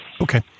Okay